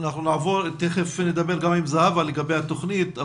בהמשך נדבר גם עם זהבה לגבי התוכנית,